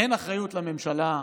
אין אחריות לממשלה בכלום,